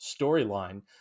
storyline